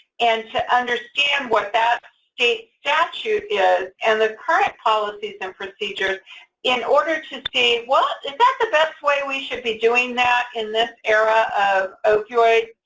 and to understand what that state statute is and the current policies and procedures in order to see, well, is that the best way we should be doing that in this era of opioids?